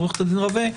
עורכת הדיון רווה,